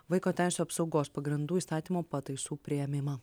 vaiko teisių apsaugos pagrindų įstatymo pataisų priėmimą